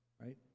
right